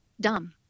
dumb